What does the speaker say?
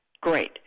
Great